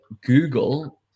Google